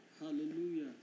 Hallelujah